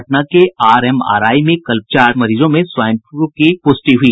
पटना के आरएमआरआई में कल चार मरीजों में स्वाइन फ्लू की पुष्टि हुई